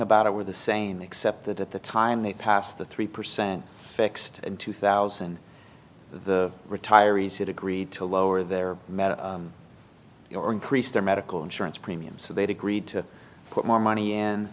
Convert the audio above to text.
about it were the same except that at the time they passed the three percent fixed in two thousand the retiree's had agreed to lower their met your increase their medical insurance premiums so they'd agreed to put more money